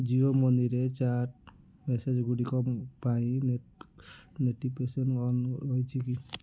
ଜିଓ ମନିରେ ଚାଟ୍ ମେସେଜ୍ଗୁଡ଼ିକ ପାଇଁ ନେଟ୍ ନେଟିଫିକେସନ୍ ଅନ୍ ରହିଛି କି